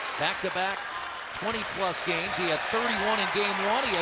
back-to-back twenty plus games. he had thirty one in game one,